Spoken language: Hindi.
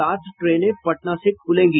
सात ट्रेनें पटना से खुलेगी